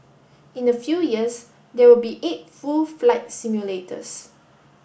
in a few years there will be eight full flight simulators